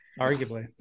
Arguably